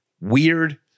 Weird